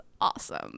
awesome